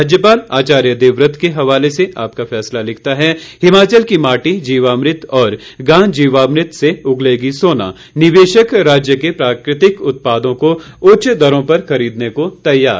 राज्यपाल आचार्य देवव्रत के हवाले से आपका फैसला लिखता है हिमाचल की माटी जीवामृत और गांजीवामृत से उगलेगी सोना निवेशक राज्य के प्राकृतिक उत्पादों को उच्च दरों पर खरीदने को तैयार